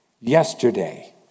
yesterday